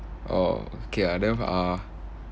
orh okay ah then ah